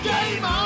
Game